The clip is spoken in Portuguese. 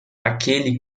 aquele